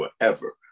forever